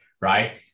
right